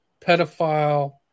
pedophile